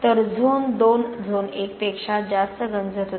तर zone 2 zone 1 पेक्षा जास्त गंजत होता